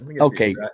Okay